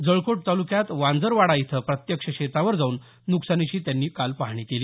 जळकोट तालुक्यात वांजरवाडा इथं प्रत्यक्ष शेतावर जाऊन नुकसानीची त्यांनी पाहणी केली